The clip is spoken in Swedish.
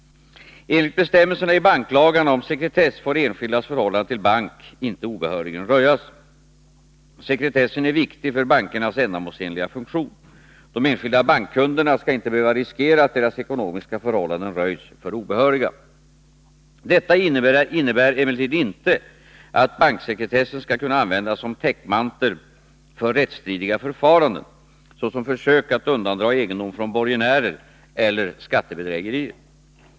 Enligt bestämmelserna i banklagarna om sekretess får enskildas förhållanden till bank inte obehörigen röjas. Sekretessen är viktig för bankernas ändamålsenliga funktion. De enskilda bankkunderna skall inte behöva riskera att deras ekonomiska förhållanden röjs för obehöriga. Detta innebär emellertid inte att banksekretessen skall kunna användas som täckmantel för rättsstridiga förfaranden, såsom försök att undandra egendom från borgenärer eller skattebedrägerier.